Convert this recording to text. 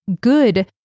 good